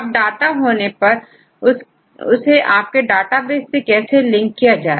अब डाटा होने पर उसे आपके डेटाबेस में कैसे लिंक किया जाए